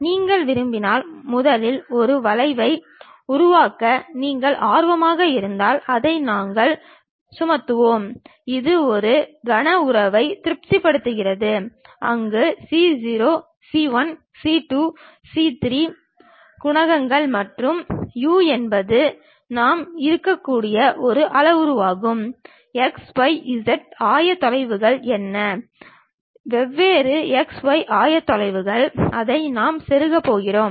நீங்கள் விரும்பினால் முதலில் ஒரு வளைவை உருவாக்க நீங்கள் ஆர்வமாக இருந்தால் அதை நாங்கள் சுமத்துவோம் இது ஒரு கன உறவை திருப்திப்படுத்துகிறது அங்கு c0 c 1 c 2 c 3 குணகங்கள் மற்றும் u என்பது நாம் இருக்கக்கூடிய ஒரு அளவுருவாகும் xyz ஆயத்தொகுப்புகள் என்ன வெவ்வேறு xyz ஆயத்தொகுப்புகள் அதை நாம் செருகப் போகிறோம்